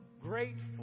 grateful